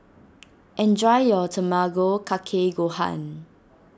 enjoy your Tamago Kake Gohan